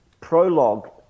prologue